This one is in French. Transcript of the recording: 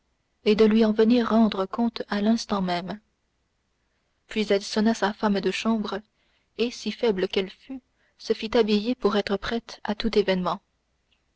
et de lui en venir rendre compte à l'instant même puis elle sonna sa femme de chambre et si faible qu'elle fût se fit habiller pour être prête à tout événement